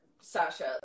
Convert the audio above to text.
Sasha